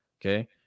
okay